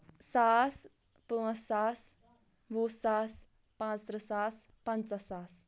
ساس پانٛژھ ساس وُہ ساس پانٛژھ تٕرٛہ ساس پنٛژاہ ساس